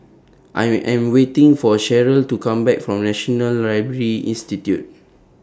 I Am waiting For Cheryll to Come Back from National Library Institute